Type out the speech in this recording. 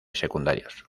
secundarios